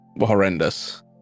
horrendous